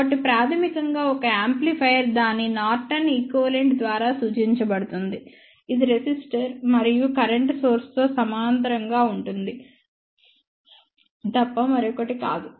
కాబట్టి ప్రాథమికంగా ఒక యాంప్లిఫైయర్ దాని నార్టన్ ఈక్వివలెంట్ ద్వారా సూచించబడుతుంది ఇది రెసిస్టర్ మరియు కరెంట్ సోర్స్ తో సమాంతరంగా ఉంటుంది తప్ప మరొకటి కాదు